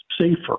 safer